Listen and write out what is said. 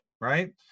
right